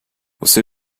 você